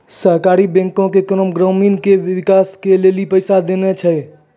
सहकारी बैंको के काम ग्रामीणो के विकास के लेली पैसा देनाय छै